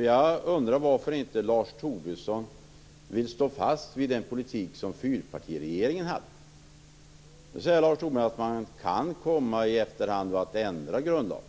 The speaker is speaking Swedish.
Jag undrar varför Lars Tobisson inte vill stå fast vid den politik som fyrpartiregeringen drev. Han säger att man i efterhand kan komma att ändra grundlagen.